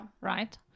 Right